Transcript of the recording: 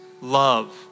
love